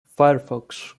firefox